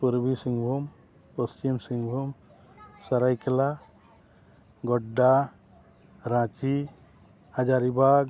Purba Singhbhum Paschim Singhbhum Seraikela Godda Ranchi Hazaribagh